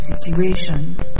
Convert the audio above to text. situations